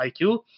iq